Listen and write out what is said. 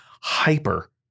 hyper